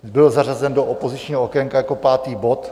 Byl zařazen do opozičního okénka jako pátý bod.